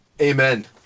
amen